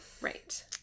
Right